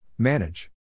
Manage